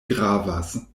gravas